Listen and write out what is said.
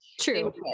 true